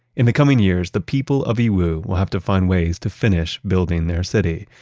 in the coming years, the people of yiwu will have to find ways to finish building their city.